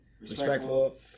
Respectful